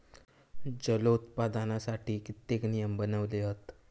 जलोत्पादनासाठी कित्येक नियम बनवले हत